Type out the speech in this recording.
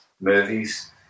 movies